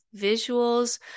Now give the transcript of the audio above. visuals